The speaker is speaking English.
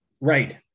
right